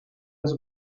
his